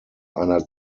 einer